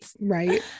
Right